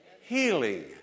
healing